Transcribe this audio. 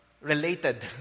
related